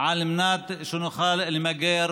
על מנת שנוכל למגר